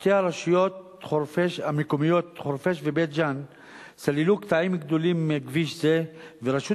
שתי הרשויות המקומיות חורפיש ובית-ג'ן סללו קטעים גדולים מכביש זה ורשות